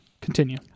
continue